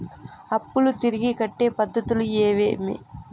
అప్పులు తిరిగి కట్టే పద్ధతులు ఏవేవి